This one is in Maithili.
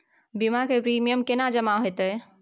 बीमा के प्रीमियम केना जमा हेते?